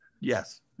Yes